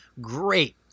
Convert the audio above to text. Great